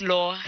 Law